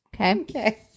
Okay